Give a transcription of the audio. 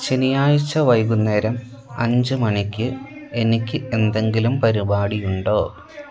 ശനിയാഴ്ച വൈകുന്നേരം അഞ്ച് മണിക്ക് എനിക്ക് എന്തെങ്കിലും പരിപാടിയുണ്ടോ